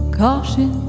caution